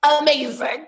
amazing